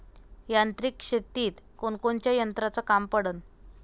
यांत्रिक शेतीत कोनकोनच्या यंत्राचं काम पडन?